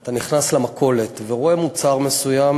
אתה נכנס למכולת ורואה מוצר מסוים